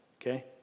Okay